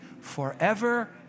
forever